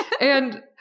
And-